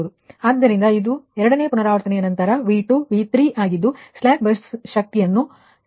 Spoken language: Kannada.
ಆದ್ದರಿಂದ ಇದು ಎರಡನೇ ಪುನರಾವರ್ತನೆಯ ನಂತರ ನಿಮ್ಮ V2 V3 ಆಗಿದ್ದು ಸ್ಲಾಕ್ ಬಸ್ ಶಕ್ತಿಯನ್ನು ಲೆಕ್ಕಾಚಾರ ಮಾಡಬೇಕು